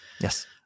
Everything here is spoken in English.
Yes